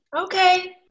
okay